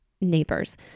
neighbors